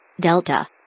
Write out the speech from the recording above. Delta